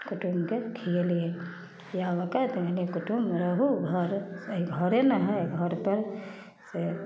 कुटुम्बके खीयलियै खिआ उआके कहलियै कुटुम्ब रहू घरसँ घरे नहि हइ घरपर से